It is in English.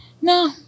No